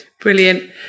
brilliant